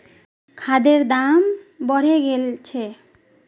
खादेर दाम बढ़े गेल छे